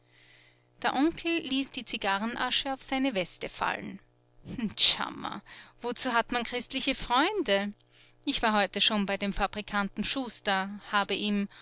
der onkel ließ die zigarrenasche auf seine weste fallen chammer wozu hat man christliche freunde ich war heute schon bei dem fabrikanten schuster habe ihm